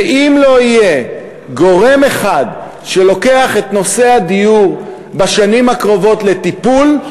ואם לא יהיה גורם אחד שלוקח את נושא הדיור בשנים הקרובות לטיפול,